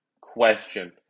question